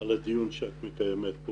על הדיון שאת מקיימת.